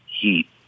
heat